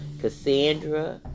Cassandra